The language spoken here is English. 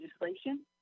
legislation